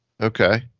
Okay